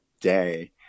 day